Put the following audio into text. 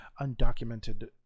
undocumented